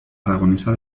aragonesa